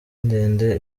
ndende